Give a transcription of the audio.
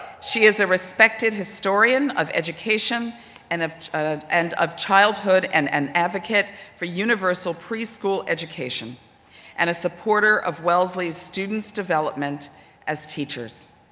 she is a respected historian of education and of ah and of childhood, and an advocate for universal preschool education and a supporter of wellesley's student development as teachers.